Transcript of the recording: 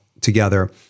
together